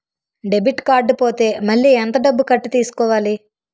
Debit card పోతే మళ్ళీ ఎంత డబ్బు కట్టి తీసుకోవాలి?